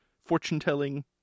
fortune-telling